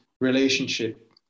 relationship